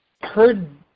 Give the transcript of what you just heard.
heard